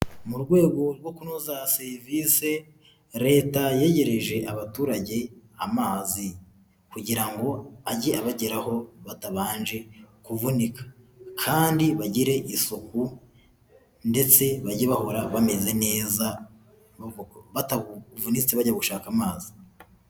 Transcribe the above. Mu rwego rwo kunoza serivise leta yegereje abaturage amazi, kugira ngo ajye abageraho batabanje kuvunika kandi bagire isuku, ndetse bajye bahora bameze neza batavunitse bajya gushaka amazi.